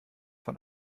von